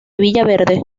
villaverde